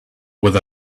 with